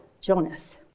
Jonas